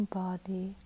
body